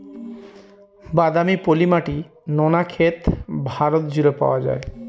বাদামি, পলি মাটি, নোনা ক্ষেত ভারত জুড়ে পাওয়া যায়